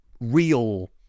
real